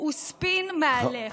הוא ספין מהלך.